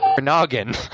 noggin